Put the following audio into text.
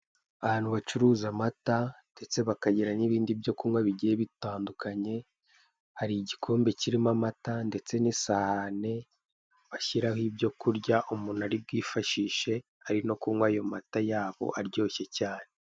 Ahantu bacuruza amata ndetse bakagira n'ibindi byo kunywa bigiye bitandukanye, hari igikombe kirimo amata ndetse n'isahani bashyiraho ibyo kurya umuntu ari bwifashishe ari no kunywa ayo mata yabo aryoshye cyane.